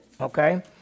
Okay